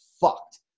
fucked